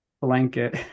blanket